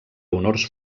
honors